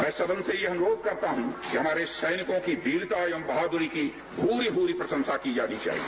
मैं सदन से यह अनुरोध करता हूं कि हमारे सैनिकों की वीरता एवं बहादुरी की भूरी भूरी प्रशंसा की जानी चाहिए